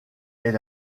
est